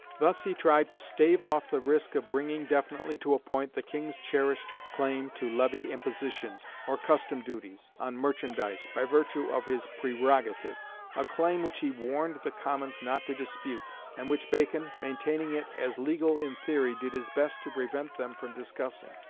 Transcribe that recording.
thus he tried to stave off the risk of bringing definitely to a point the king's cherished claim to levy impositions, or custom duties, on merchandise, by virtue of his prerogative a claim which he warned the commons not to dispute, and which bacon, maintaining it as legal in theory, did his best to prevent them from discussing,